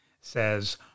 says